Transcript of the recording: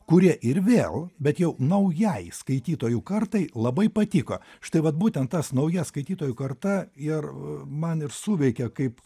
kurie ir vėl bet jau naujai skaitytojų kartai labai patiko štai vat būtent tas nauja skaitytojų karta ir man ir suveikė kaip